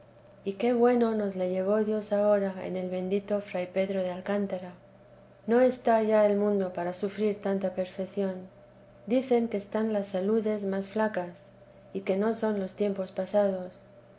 y qué bueno nos le llevó dios ahora en el bendito fray pedro de alcántara no está ya el mundo para sufrir tanta perfección dicen que están las saludes más flacas y que no son los tiempos pasados